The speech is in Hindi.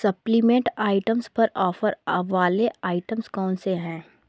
सप्लीमेंट आइटम्स पर ऑफ़र वाले आइटम्स कौन से हैं